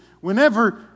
whenever